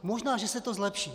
Možná že se to zlepší.